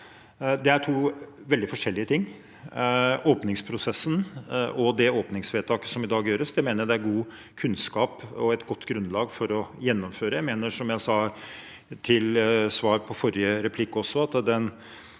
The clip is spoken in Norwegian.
Det er to veldig forskjellige ting. Åpningsprosessen og det åpningsvedtaket som i dag gjøres, mener jeg det er god kunnskap om og et godt grunnlag for å gjennomføre. Jeg mener, som jeg sa til svar på forrige replikk også, at den